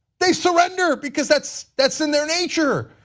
they surrender. because that's that's in their nature.